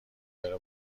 داره